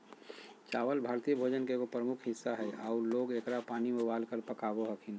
चावल भारतीय भोजन के एगो प्रमुख हिस्सा हइ आऊ लोग एकरा पानी में उबालकर पकाबो हखिन